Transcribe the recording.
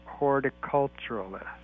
horticulturalist